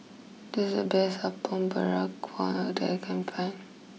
this is the best Apom Berkuah that I can find